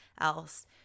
else